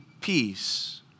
peace